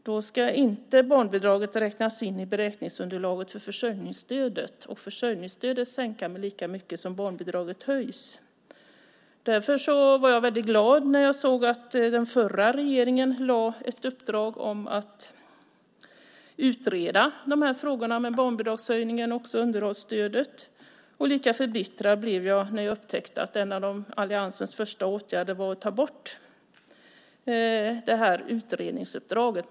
Då ska inte barnbidraget räknas in i beräkningsunderlaget för försörjningsstödet och försörjningsstödet sänkas med lika mycket som barnbidraget höjs. Därför var jag väldigt glad när jag såg att den förra regeringen lade ett uppdrag om att utreda frågorna om en höjning av barnbidraget och underhållsstödet. Lika förbittrad blev jag när jag upptäckte att en av alliansens första åtgärder var att ta bort det utredningsuppdraget.